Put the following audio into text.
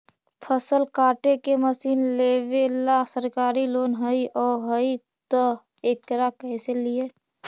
फसल काटे के मशीन लेबेला सरकारी लोन हई और हई त एकरा कैसे लियै?